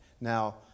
Now